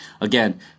Again